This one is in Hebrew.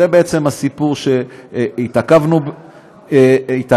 זה בעצם הסיפור שהתעכבנו בו,